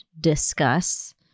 discuss